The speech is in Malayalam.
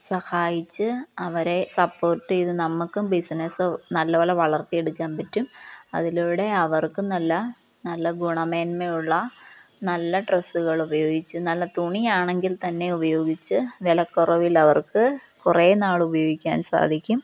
സഹായിച്ച് അവരെ സപ്പോർട്ട് ചെയ്ത് നമുക്കും ബിസിനസ്സ് നല്ല പോലെ വളർത്തിയെടുക്കാൻ പറ്റും അതിലൂടെ അവർക്കും നല്ല നല്ല ഗുണമേന്മയുള്ള നല്ല ഡ്രെസ്സുകൾ ഉപയോഗിച്ച് നല്ല തുണിയാണെങ്കിൽ തന്നെ ഉപയോഗിച്ച് വിലക്കുറവിലവർക്ക് കുറേ നാൾ ഉപയോഗിക്കാൻ സാധിക്കും